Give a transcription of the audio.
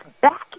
back